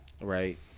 Right